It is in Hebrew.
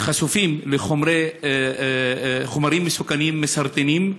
חשופים לחומרים מסוכנים, מסרטנים,